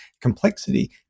complexity